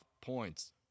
points